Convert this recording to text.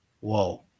Whoa